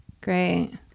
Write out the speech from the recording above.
great